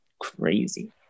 crazy